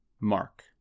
Mark